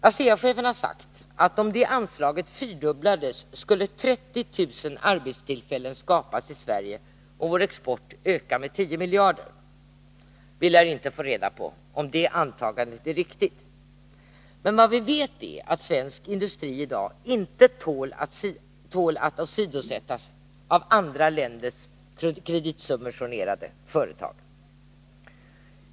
ASEA-chefen har sagt att om det anslaget fyrdubblades, skulle 30 000 arbetstillfällen skapas i Sverige och vår export öka med 10 miljarder. Vi lär inte få reda på om det antagandet är riktigt, men vad vi vet är att svensk industri i dag inte tål att åsidosättas av andra länders kreditsubventionerade företag.